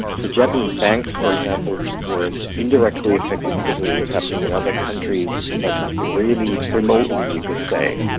so japanese banks for example were indirectly affected because of what was happening in other countries but really remotely you could say.